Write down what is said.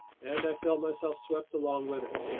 and i felt myself swept along with it,